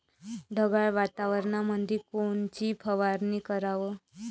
ढगाळ वातावरणामंदी कोनची फवारनी कराव?